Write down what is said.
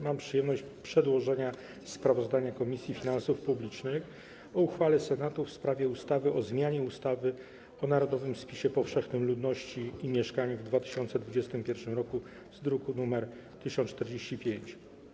Mam przyjemność przedłożenia sprawozdania Komisji Finansów Publicznych o uchwale Senatu w sprawie ustawy o zmianie ustawy o narodowym spisie powszechnym ludności i mieszkań w 2021 r. z druku nr 1045.